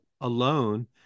alone